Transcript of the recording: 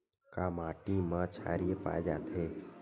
का माटी मा क्षारीय पाए जाथे?